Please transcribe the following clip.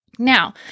Now